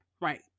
Right